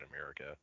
America